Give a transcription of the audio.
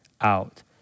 out